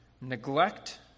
neglect